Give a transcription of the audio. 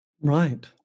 Right